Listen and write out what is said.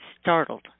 startled